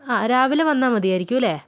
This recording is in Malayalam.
ആ രാവിലെ വന്നാൽ മതിയായിരിക്കുമല്ലേ